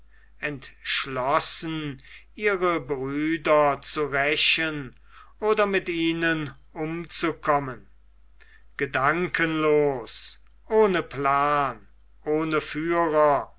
entschlossen ihre brüder zu rächen oder mit ihnen umzukommen gedankenlos ohne plan ohne führer